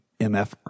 MF